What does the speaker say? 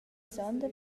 sonda